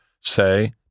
say